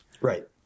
Right